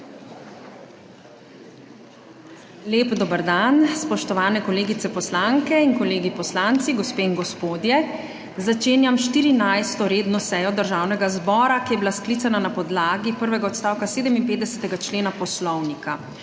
Lep dober dan, spoštovani kolegice poslanke in kolegi poslanci, gospe in gospodje! Začenjam 14. redno sejo Državnega zbora, ki je bila sklicana na podlagi prvega odstavka 57. člena Poslovnika.